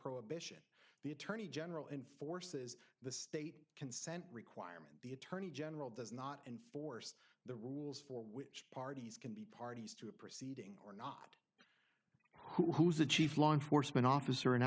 prohibition the attorney general enforces the state consent requirement the attorney general does not enforce the rules for which parties can be party stooping or not who's a chief law enforcement